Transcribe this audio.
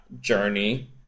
journey